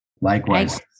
Likewise